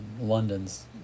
London's